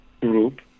group